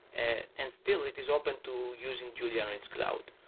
and and still, it is open to using julia on its cloud.